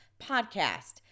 podcast